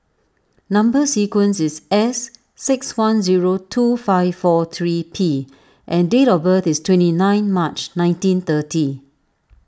Number Sequence is S six one zero two five four three P and date of birth is twenty nine March nineteen thirty